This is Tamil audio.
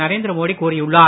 நரேந்திர மோடி கூறியுள்ளார்